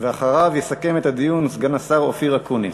ואחריו יסכם את הדיון סגן השר אופיר אקוניס.